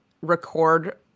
record